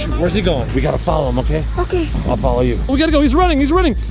where's he going? we gotta follow him, okay? okay. i'll follow you. but we gotta go, he's running, he's running!